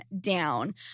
down